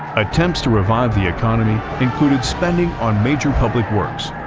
attempts to revive the economy included spending on major public works,